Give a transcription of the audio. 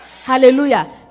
Hallelujah